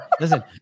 Listen